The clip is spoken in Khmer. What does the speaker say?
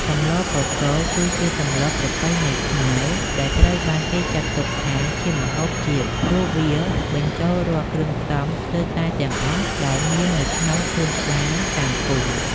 សម្លកកូរ គឺជាសម្លប្រពៃណីខ្មែរ ដែលត្រូវបានចាត់ទុកថាជាម្ហូបជាតិ ព្រោះវាបញ្ចូលរាល់គ្រឿងផ្សំស្ទើរតែទាំងអស់ដែលមាននៅក្នុងសួនច្បារតាមភូមិ។